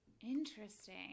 Interesting